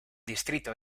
distrito